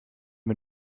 wir